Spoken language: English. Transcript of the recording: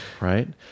right